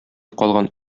калган